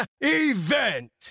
event